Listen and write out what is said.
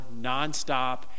nonstop